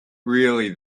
really